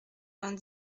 vingt